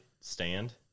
stand